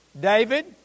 David